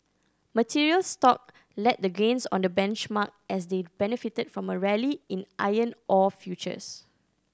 materials stock led the gains on the benchmark as they benefited from a rally in iron ore futures